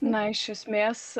na iš esmės